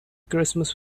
christmas